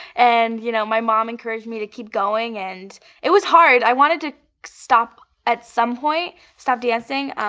and you know my mom encouraged me to keep going. and it was hard. i wanted to stop at some point, stop dancing.